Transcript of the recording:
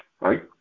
right